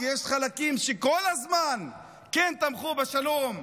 כי יש חלקים שכל הזמן כן תמכו בשלום,